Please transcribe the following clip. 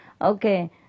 Okay